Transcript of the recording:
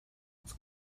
its